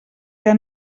que